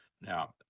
Now